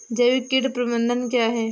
जैविक कीट प्रबंधन क्या है?